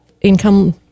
income